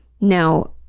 Now